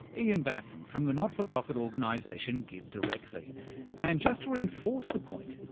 ian bassin from the not-for-profit organisation givedirectly, and, just to reinforce the point,